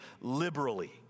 liberally